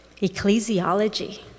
ecclesiology